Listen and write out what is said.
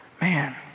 man